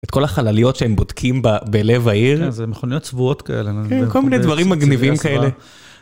את כל החלליות שהם בודקים בלב העיר. -כן, זה מכוניות צבועות כאלה בצבעי הסוואה כן, כל מיני דברים מגניבים כאלה.